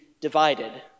divided